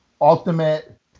ultimate